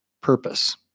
purpose